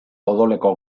odoleko